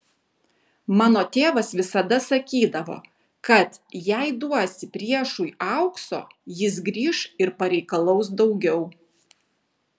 mano tėvas visada sakydavo kad jei duosi priešui aukso jis grįš ir pareikalaus daugiau